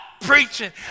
preaching